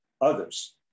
others